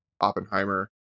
Oppenheimer